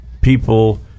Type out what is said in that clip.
people